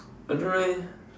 I don't know eh